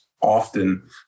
often